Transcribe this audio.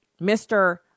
Mr